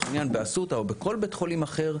העניין באסותא או בכל בית חולים אחר,